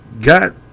got